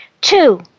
Two